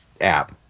app